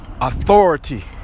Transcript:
authority